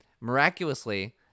Miraculously